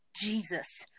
Jesus